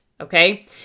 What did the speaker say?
Okay